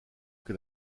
que